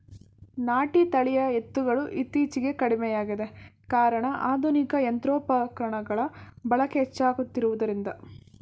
ನಾಟಿ ತಳಿಯ ಎತ್ತುಗಳು ಇತ್ತೀಚೆಗೆ ಕಡಿಮೆಯಾಗಿದೆ ಕಾರಣ ಆಧುನಿಕ ಯಂತ್ರೋಪಕರಣಗಳ ಬಳಕೆ ಹೆಚ್ಚಾಗುತ್ತಿರುವುದರಿಂದ